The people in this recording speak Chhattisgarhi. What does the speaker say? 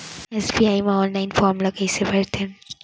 एस.बी.आई म ऑनलाइन फॉर्म ल कइसे भरथे?